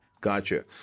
Gotcha